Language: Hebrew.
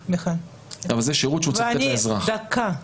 לאומיים מיוחדים ושירותי דת יהודיים):